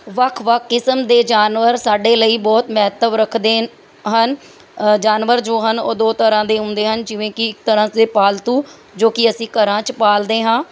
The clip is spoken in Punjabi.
ਵੱਖ ਵੱਖ ਕਿਸਮ ਦੇ ਜਾਨਵਰ ਸਾਡੇ ਲਈ ਬਹੁਤ ਮਹੱਤਵ ਰੱਖਦੇ ਨ ਹਨ ਜਾਨਵਰ ਜੋ ਹਨ ਉਹ ਦੋ ਤਰ੍ਹਾਂ ਦੇ ਹੁੰਦੇ ਹਨ ਜਿਵੇਂ ਕਿ ਇੱਕ ਤਰ੍ਹਾਂ ਦੇ ਪਾਲਤੂ ਜੋ ਕਿ ਅਸੀਂ ਘਰਾਂ 'ਚ ਪਾਲਦੇ ਹਾਂ